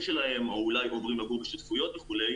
שלהם או אולי עוברים לגור בשותפויות וכו',